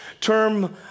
term